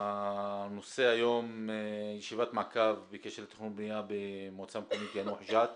הנושא היום: ישיבת מעקב בקשר לתכנון ובניה במועצה מקומית יאנוח-ג'ת.